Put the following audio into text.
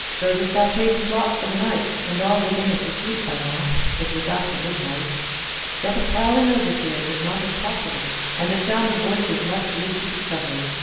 though the stockade was locked for the night, and all within it asleep by now it was after midnight yet a prowling overseer was not impossible, and a sound of voices must lead to discovery.